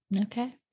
Okay